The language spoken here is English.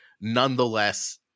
nonetheless